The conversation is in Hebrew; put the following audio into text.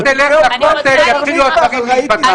כשאתה תלך לכותל יתחילו הדברים להיפתח.